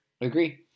Agree